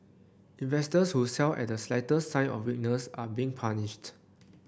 investors who sell at the slight sign of weakness are being punished